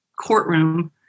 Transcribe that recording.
courtroom